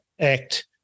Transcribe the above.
ACT